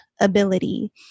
ability